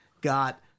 got